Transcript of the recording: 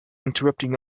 interrupting